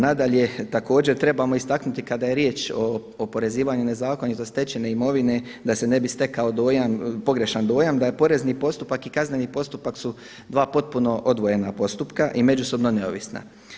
Nadalje, također trebamo istaknuti kada je riječ o oporezivanju nezakonito stečene imovine da se ne bi stekao pogrešan dojam da je porezni postupak i kazneni postupak su dva potpuno odvojena postupka i međusobno neovisna.